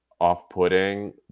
off-putting